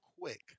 quick